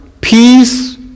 peace